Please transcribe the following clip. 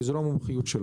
כי זה לא המומחיות שלו.